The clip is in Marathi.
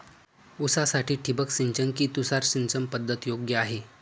ऊसासाठी ठिबक सिंचन कि तुषार सिंचन पद्धत योग्य आहे?